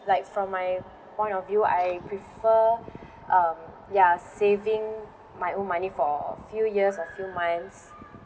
like from my point of view I prefer um ya saving my own money for a few years or few months